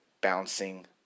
bouncing